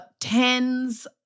tens